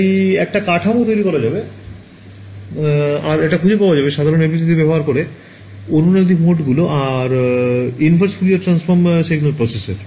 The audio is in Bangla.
তাই একটা কাঠামো তৈরি করা হবে আর এটা খুজে পাওয়া যাবে সাধারণ FDTD ব্যবহার করে অনুরণন মোড গুলো আর inverse Fourier transform signal processor